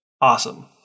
awesome